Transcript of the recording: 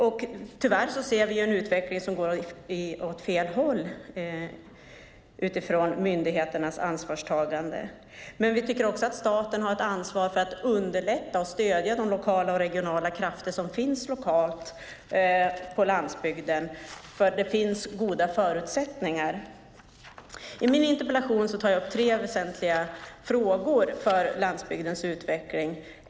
Vi ser tyvärr en utveckling som går åt fel håll när det gäller myndigheternas ansvarstagande. Vi tycker också att staten har ett ansvar för att stödja de lokala och regionala krafter som finns på landsbygden. Det finns goda förutsättningar. I min interpellation tar jag upp tre väsentliga frågor för landsbygdens utveckling.